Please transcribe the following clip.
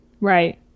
Right